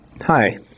Hi